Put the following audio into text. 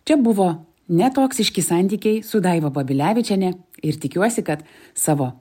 čia buvo netoksiški santykiai su daiva babilevičiene ir tikiuosi kad savo